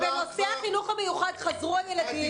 בנושא החינוך המיוחד חזרו הילדים --- אל תתפרצי,